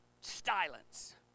silence